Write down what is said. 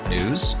News